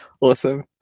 awesome